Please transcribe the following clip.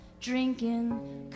drinking